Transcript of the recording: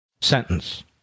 sentence